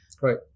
Right